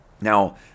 Now